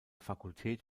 fakultät